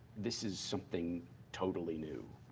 this is something totally new.